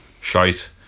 Shite